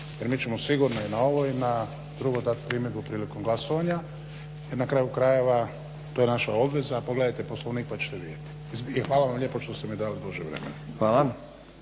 jer mi ćemo sigurno na ovo i na drugo dati primjedbu prilikom glasovanja jer na kraju krajeva to je naša obveza. A pogledajte Poslovnik pa ćete vidjeti. Hvala vam lijepo što ste mi dali da duže vremena. **Stazić,